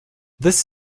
this